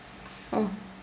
oh